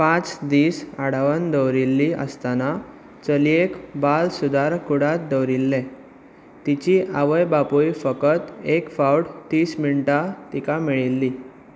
पांच दीस आडावन दवरिल्ली आसतना चलयेक बाल सुदार कुडात दवरिल्लें तिचीं आवय बापूय फकत एक फावट तीस मिनटां तिका मेळिल्लीं